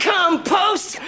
Compost